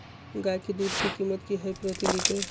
गाय के दूध के कीमत की हई प्रति लिटर?